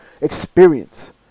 experience